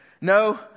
No